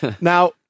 now